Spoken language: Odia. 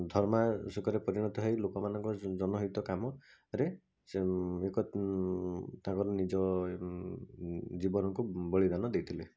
ଧର୍ମାଶୋକରେ ପରିଣତ ହେଇ ଲୋକମାନଙ୍କର ଜନହିତ କାମରେ ସେ ଏକ ତାଙ୍କର ନିଜ ଜୀବନକୁ ବଳିଦାନ ଦେଇଥିଲେ